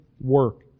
work